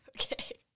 Okay